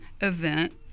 event